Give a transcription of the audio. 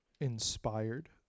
inspired